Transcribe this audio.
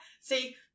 See